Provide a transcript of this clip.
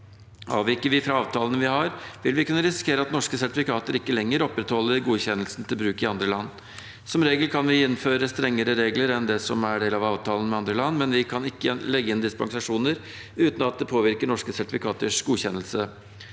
Avviker vi fra avtalen vi har, vil vi kunne risikere at norske sertifikater ikke lenger opprettholder godkjennelsen til bruk i andre land. Som regel kan vi innføre strengere regler enn det som er del av avtalen med andre land, men vi kan ikke legge inn dispensasjoner uten at det påvirker norske sertifikaters godkjennelse.